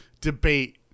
debate